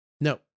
no